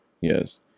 Yes